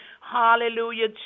Hallelujah